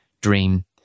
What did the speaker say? dream